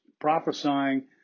prophesying